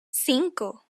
cinco